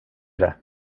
det